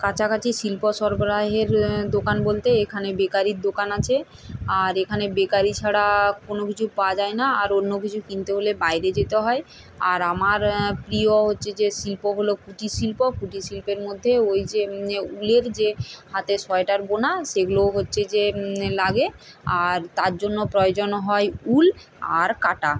কাছাকাছি শিল্প সরবরাহের দোকান বলতে এখানে বেকারির দোকান আছে আর এখানে বেকারি ছাড়া কোনো কিছু পাওয়া যায় না আর অন্য কিছু কিনতে হলে বাইরে যেতে হয় আর আমার প্রিয় হচ্ছে যে শিল্পগুলো কুটির শিল্প কুটির শিল্পের মধ্যে ওই যে উলের যে হাতে সোয়েটার বোনা সেগুলো হচ্ছে যে লাগে আর তার জন্য প্রয়োজন হয় উল আর কাঁটা